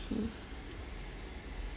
see